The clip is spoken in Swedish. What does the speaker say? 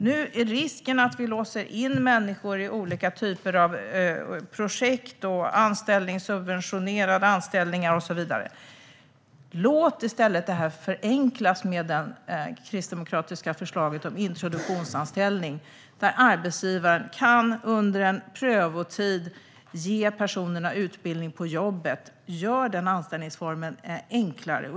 Nu är risken att vi låser in människor i olika typer av projekt, subventionerade anställningar och så vidare. Låt i stället detta förenklas med det kristdemokratiska förslaget om introduktionsanställning! Då kan arbetsgivaren under en prövotid ge personerna utbildning på jobbet. Gör denna anställningsform enklare!